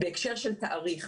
בהקשר של תאריך.